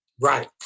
Right